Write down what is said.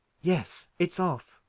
yes, it's off.